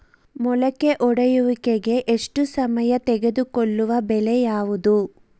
ಮೊಳಕೆ ಒಡೆಯುವಿಕೆಗೆ ಹೆಚ್ಚು ಸಮಯ ತೆಗೆದುಕೊಳ್ಳುವ ಬೆಳೆ ಯಾವುದು?